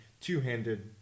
two-handed